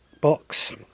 box